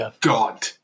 God